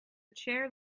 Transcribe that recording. chair